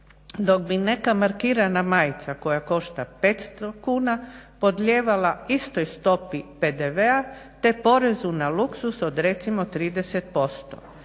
dok bi neka markirana majica koja koštala 500 kuna podlijevala istoj stopi PDV-a te porezu na luksuz od recimo 30%.